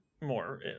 More